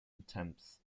attempts